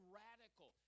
radical